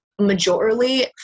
majorly